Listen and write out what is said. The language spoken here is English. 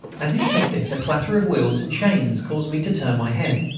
as he said this a clatter of wheels and chains caused me to turn my head,